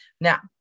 Now